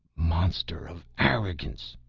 monster of arrogance,